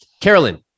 Carolyn